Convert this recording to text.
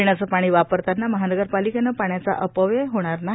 पिण्याचे पाणी वापरताना महानगरपालिकेने पाण्याचा अपव्यय होणार नाही